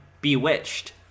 Bewitched